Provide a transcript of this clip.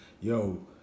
Yo